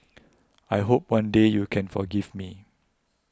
I hope one day you can forgive me